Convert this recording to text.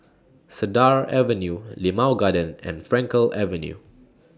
Cedar Avenue Limau Garden and Frankel Avenue